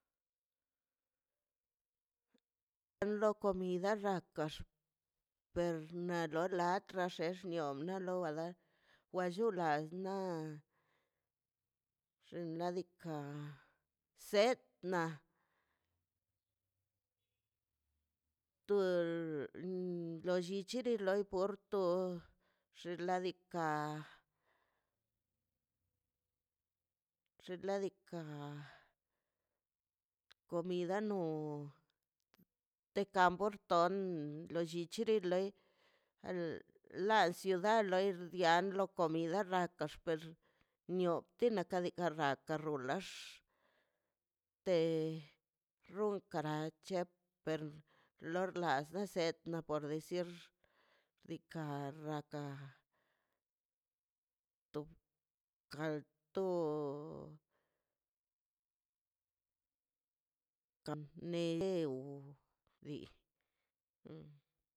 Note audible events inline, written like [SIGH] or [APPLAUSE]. Lo komida lakax per no lad xexnio na lo wala wa llu wa las na xinaldika set na to lollichi loi porto xinladika xinaldika comida nu te kaporton lo llichiri loi a ciudad loi rian lo comida la kaxpex niotelo kale na raka ka rulax te runkara cheper lorlar nesed na pordi decir diika' raka to kal to kam [NOISE] neo vi